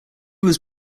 was